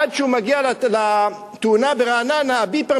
ועד שהוא מגיע לתאונה ברעננה הביפר